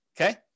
okay